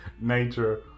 nature